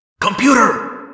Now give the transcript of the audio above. Computer